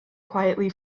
quietly